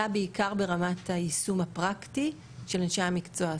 בעיקר ברמת היישום הפרקטי של אנשי המקצוע.